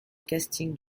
casting